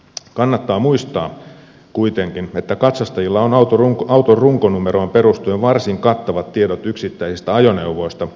kannattaa muistaa kuitenkin että katsastajilla on auton runkonumeroon perustuen varsin kattavat tiedot yksittäisistä ajoneuvoista